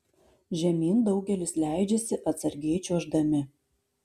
žemyn daugelis leidžiasi atsargiai čiuoždami